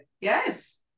Yes